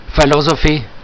philosophy